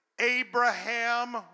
Abraham